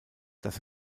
dass